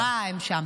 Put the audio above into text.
--- הם שם.